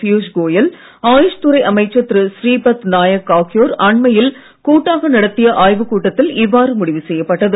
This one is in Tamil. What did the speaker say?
பியுஷ் கோயல் ஆயுஷ் துறை அமைச்சர் திருபூரீபத் நாயக் ஆகியோர் அண்மையில் கூட்டாக நடத்திய ஆய்வுக் கூட்டத்தில் இவ்வாறு முடிவு செய்யப்பட்டது